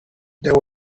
there